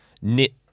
knit